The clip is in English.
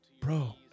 Bro